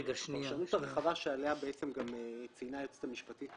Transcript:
הפרשנות הרחבה אותה ציינה היועצת המשפטית